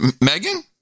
Megan